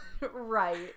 Right